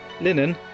linen